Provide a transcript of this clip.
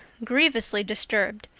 grievously disturbed,